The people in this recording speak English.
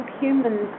humans